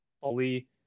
fully